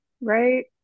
right